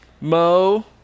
Mo